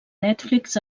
netflix